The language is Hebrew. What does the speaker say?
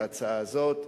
ובהצעה הזאת.